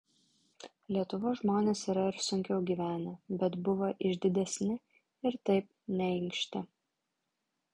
lietuvos žmonės yra ir sunkiau gyvenę bet buvo išdidesni ir taip neinkštė